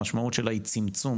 המשמעות של ההחלטה הוא צמצום